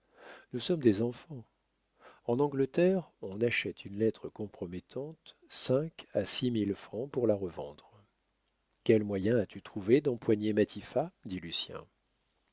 nous sommes des enfants en angleterre on achète une lettre compromettante cinq à six mille francs pour la revendre quel moyen as-tu trouvé d'empoigner matifat dit lucien